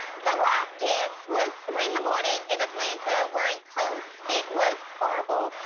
the lap dance was three in the morning in atlanta wearing coats. it was horrible.